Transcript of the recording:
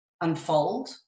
unfold